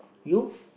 you